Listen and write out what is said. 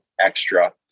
extra